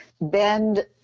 bend